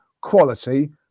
quality